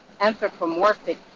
anthropomorphic